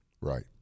Right